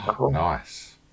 Nice